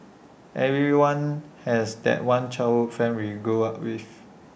everyone has that one childhood friend we grew up with